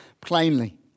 plainly